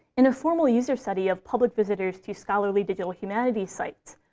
in a formal user study of public visitors to scholarly digital humanities sites,